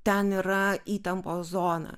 ten yra įtampos zona